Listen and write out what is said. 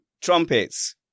Trumpets